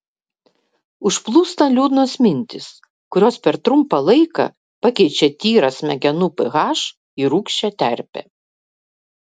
užplūsta liūdnos mintys kurios per trumpą laiką pakeičia tyrą smegenų ph į rūgščią terpę